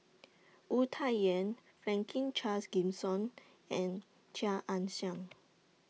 Wu Tsai Yen Franklin Charles Gimson and Chia Ann Siang